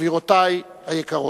גבירותי היקרות.